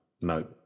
no